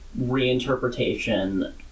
reinterpretation